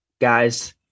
guys